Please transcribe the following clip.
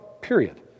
period